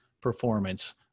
performance